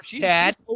Dad